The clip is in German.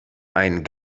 ein